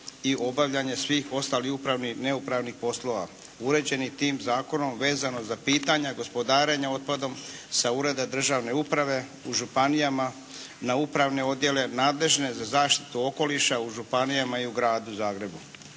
i obavljanje svih ostalih upravnih, neupravnih poslova uređenim tim zakonom vezano za pitanja gospodarenja otpadom sa ureda državne uprave u županijama na upravne odjele nadležne za zaštitu okoliša u županijama i u Gradu Zagrebu.